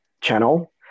channel